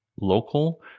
local